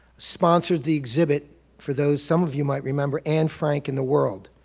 sponsored the exhibit for, those some of you might remember, anne frank and the world.